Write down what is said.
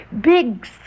big